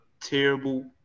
terrible